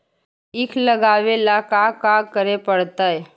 ईख लगावे ला का का करे पड़तैई?